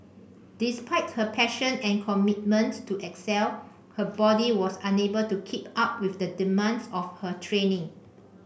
despite her passion and commitment to excel her body was unable to keep up with the demands of her training